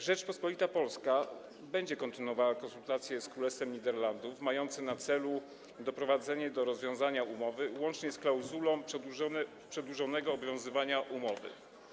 Rzeczpospolita Polska będzie kontynuowała konsultacje z Królestwem Niderlandów mające na celu doprowadzenie do rozwiązania umowy łącznie z klauzulą przedłużonego obowiązywania umowy.